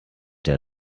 der